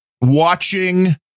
Watching